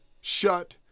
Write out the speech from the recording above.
shut